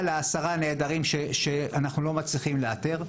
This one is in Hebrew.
לעשרה נעדרים שאנחנו לא מצליחים לאתר.